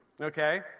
Okay